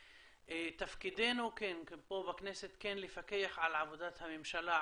תפקידנו פה בכנסת כן לפקח על עבודת הממשלה,